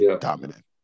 dominant